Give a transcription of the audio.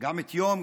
גם את יום,